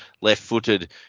left-footed